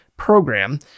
program